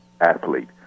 athlete